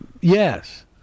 Yes